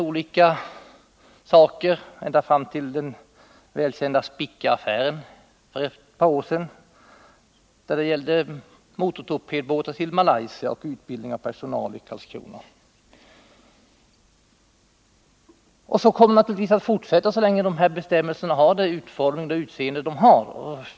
Olika saker har hänt ända fram till den välkända Spicaaffären för ett par år sedan, där det gällde motortorpedbåtar till Malaysia och utbildning av personal i Karlskrona. Och så kommer det naturligtvis att fortsätta så länge bestämmelserna har den utformning de har.